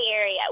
area